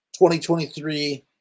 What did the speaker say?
2023